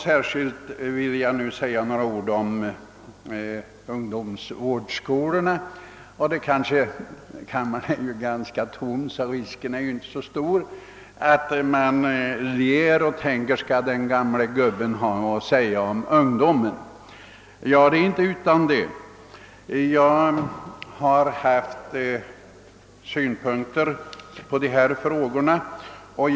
Särskilt vill jag nu säga några ord om ungdomsvårdsskolorna. Man kanske ler — men kammaren är ju ganska tom, så att risken är inte så stor — och tänker: Vad skall den gamle gubben ha att säga om ungdomen? Men det är inte utan att jag har en hel del synpunkter att framföra på denna fråga.